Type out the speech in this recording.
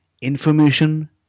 information